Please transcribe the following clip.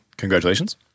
Congratulations